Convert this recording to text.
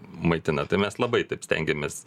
muitina tai mes labai taip stengiamės